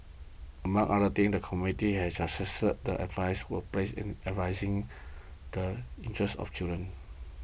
among other things the committee has suggested that emphasis will placed addressing the interests of children